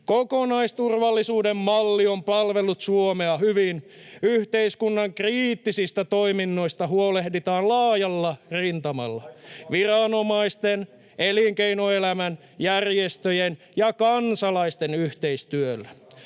Kokonaisturvallisuuden malli on palvellut Suomea hyvin. Yhteiskunnan kriittisistä toiminnoista huolehditaan laajalla rintamalla: viranomaisten, elinkeinoelämän, järjestöjen ja kansalaisten yhteistyöllä.